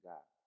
God